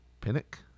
pinnock